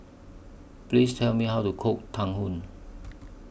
Please Tell Me How to Cook Tang Yuen